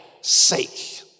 sake